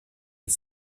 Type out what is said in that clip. est